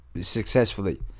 successfully